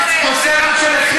חושב שזה,